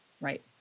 Right